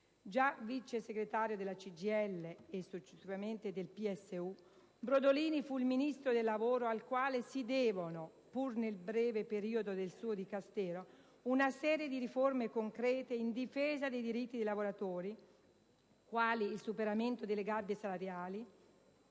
Già vicesegretario della CGIL e successivamente del PSU, Brodolini fu il Ministro del lavoro al quale si devono, pur nel breve periodo del suo dicastero, una serie di riforme concrete in difesa dei diritti dei lavoratori quali il superamento delle gabbie salariali,